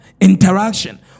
interaction